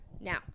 Now